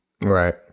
right